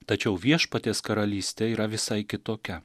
tačiau viešpaties karalystė yra visai kitokia